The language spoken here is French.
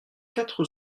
quatre